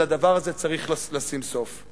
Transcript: ולדבר הזה צריך לשים סוף.